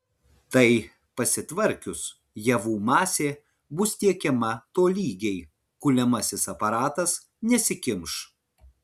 tai pasitvarkius javų masė bus tiekiama tolygiai kuliamasis aparatas nesikimš